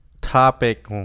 topic